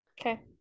Okay